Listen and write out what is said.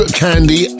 candy